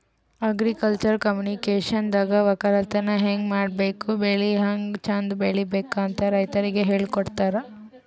agriculture ಕಮ್ಯುನಿಕೇಷನ್ದಾಗ ವಕ್ಕಲತನ್ ಹೆಂಗ್ ಮಾಡ್ಬೇಕ್ ಬೆಳಿ ಹ್ಯಾಂಗ್ ಚಂದ್ ಬೆಳಿಬೇಕ್ ಅಂತ್ ರೈತರಿಗ್ ಹೇಳ್ಕೊಡ್ತಾರ್